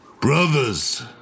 brothers